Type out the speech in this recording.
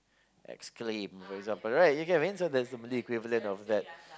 exclaim for example right you get what I mean so there's a Malay equivalent of that